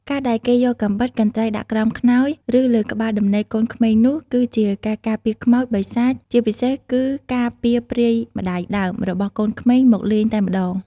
ការដែលគេយកកាំបិត កន្ត្រៃដាក់ក្រោមខ្នើយ ឬលើក្បាលដំណេកកូនក្មេងនោះ គឺជាការការពារខ្មោច បិសាច ជាពិសេសគឺការពារព្រាយម្តាយដើម របស់កូនក្មេងមកលេងតែម្តង